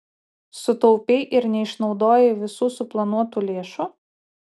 sutaupei ir neišnaudojai visų suplanuotų lėšų